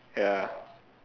ya